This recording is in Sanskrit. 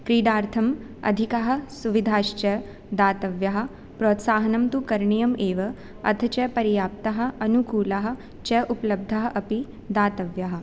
क्रीडार्थम् अधिकः सुविधाश्च दातव्यः प्रोत्साहनं तु करणीयम् एव अथ च पर्याप्तः अनुकूलः च उपलब्धः अपि दातव्यः